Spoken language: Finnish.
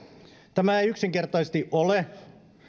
tämä ei yksinkertaisesti ole